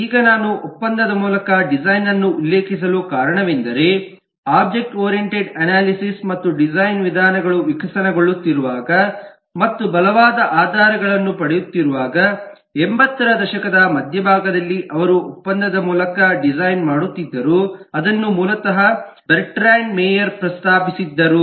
ಈಗ ನಾನು ಒಪ್ಪಂದದ ಮೂಲಕ ಡಿಸೈನ್ ಅನ್ನು ಉಲ್ಲೇಖಿಸಲು ಕಾರಣವೆಂದರೆ ಒಬ್ಜೆಕ್ಟ್ ಓರೀಯೇಂಟೆಡ್ ಅನಾಲಿಸಿಸ್ ಮತ್ತು ಡಿಸೈನ್ ವಿಧಾನಗಳು ವಿಕಸನಗೊಳ್ಳುತ್ತಿರುವಾಗ ಮತ್ತು ಬಲವಾದ ಆಧಾರಗಳನ್ನು ಪಡೆಯುತ್ತಿರುವಾಗ 80 ರ ದಶಕದ ಮಧ್ಯಭಾಗದಲ್ಲಿ ಅವರು ಒಪ್ಪಂದದ ಮೂಲಕ ಡಿಸೈನ್ ಮಾಡುತ್ತಿದ್ದರು ಅದನ್ನು ಮೂಲತಃ ಬರ್ಟ್ರಾಂಡ್ ಮೆಯೆರ್ ಪ್ರಸ್ತಾಪಿಸಿದ್ದರು